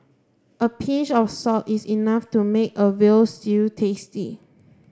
a pinch of salt is enough to make a veal stew tasty